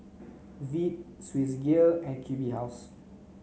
Veet Swissgear and Q B House